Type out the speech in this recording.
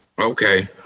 Okay